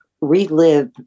relive